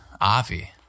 Avi